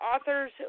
authors